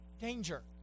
danger